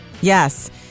Yes